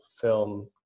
film